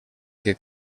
que